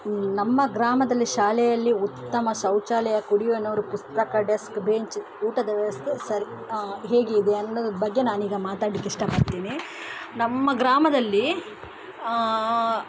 ನಮ್ಮ ಗ್ರಾಮದಲ್ಲಿ ಶಾಲೆಯಲ್ಲಿ ಉತ್ತಮ ಶೌಚಾಲಯ ಕುಡಿಯುವ ನೂರು ಪುಸ್ತಕ ಡೆಸ್ಕ್ ಬೆಂಚ್ ಊಟದ ವ್ಯವಸ್ಥೆ ಸರಿ ಹೇಗಿದೆ ಅನ್ನೋದು ಬಗ್ಗೆ ನಾನೀಗ ಮಾತಾಡ್ಲಿಕ್ಕೆ ಇಷ್ಟಪಡ್ತೀನಿ ನಮ್ಮ ಗ್ರಾಮದಲ್ಲಿ